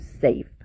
safe